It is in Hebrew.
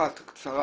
אחת קצרה